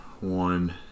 one